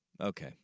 Okay